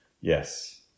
Yes